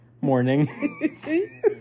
morning